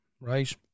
right